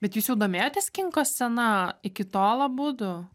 bet jūs jau domėjotės kinko scena iki tol abudu